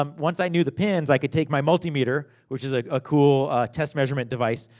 um once i knew the pins, i could take my multimeter, which is like a cool, test measurement device,